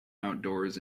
outdoors